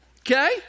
okay